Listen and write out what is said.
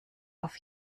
auf